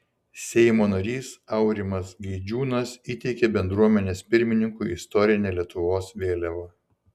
seimo narys aurimas gaidžiūnas įteikė bendruomenės pirmininkui istorinę lietuvos vėliavą